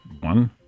one